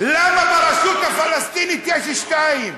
למה ברשות הפלסטינית יש שתיים?